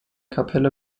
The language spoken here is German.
kapelle